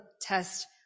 test